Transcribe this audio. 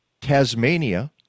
Tasmania